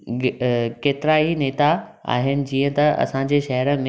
केतिरा ई नेता आहिनि जीअं त असांजे शहर में पप्पू कालाणी जहिड़ो नेता कान हुओ